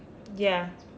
ya